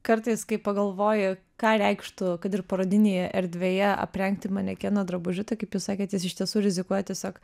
kartais kai pagalvoji ką reikštų kad ir parodinėje erdvėje aprengti manekeną drabužiu tai kaip jūs sakėt jis iš tiesų rizikuoja tiesiog